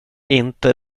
inte